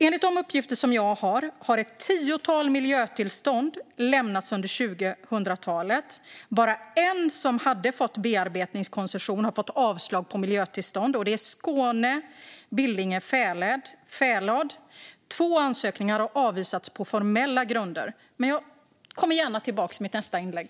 Enligt de uppgifter jag har är det ett tiotal miljötillstånd som har lämnats under 2000-talet. Bara en som hade fått bearbetningskoncession har fått avslag på miljötillstånd, och det är på Billinge fälad i Skåne. Två ansökningar har avvisats på formella grunder. Jag kommer gärna tillbaka i mitt nästa inlägg.